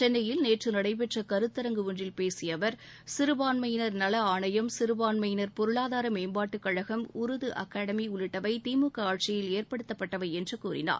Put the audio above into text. சென்னையில் நேற்று நடைபெற்ற கருத்தரங்கு ஒன்றில் பேசிய அவர் சிறுபான்மையினர் நல ஆணையம் சிறுபான்மையினர் பொருளாதார மேம்பாட்டுக் கழகம் உருது அகடமி உள்ளிட்டவை திமுக ஆட்சியில் ஏற்படுத்தப்பட்டவை என்று கூறினார்